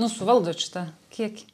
nu suvaldot šitą kiekį